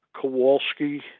Kowalski